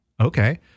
okay